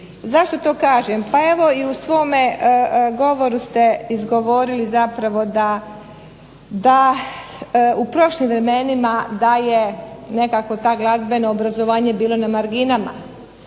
Zašto to kažem? Pa evo i u svome govoru ste izgovorili zapravo da u prošlim vremenima, da je nekako ta glazbeno obrazovanje bilo na marginama.